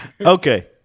Okay